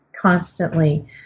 constantly